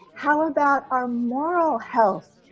how about our moral health?